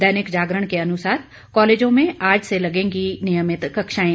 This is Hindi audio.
दैनिक जागरण के अनुसार कॉलेजों में आज से लगेंगी नियमित कक्षाएं